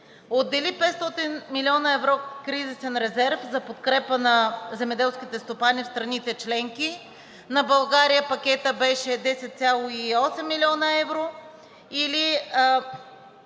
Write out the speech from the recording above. Отдели 500 млн. евро кризисен резерв за подкрепа на земеделските стопани в страните членки. На България пакетът беше 10,8 млн. евро,